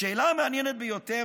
השאלה המעניינת ביותר,